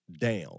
down